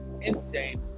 insane